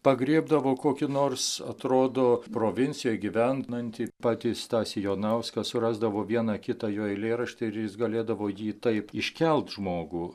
pagriebdavo kokį nors atrodo provincijoj gyvenantį patį stasį jonauską surasdavo vieną kitą jo eilėraštį ir jis galėdavo jį taip iškelt žmogų